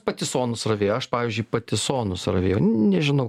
patisonus ravėjo aš pavyzdžiui patisonus ravėjau nežinau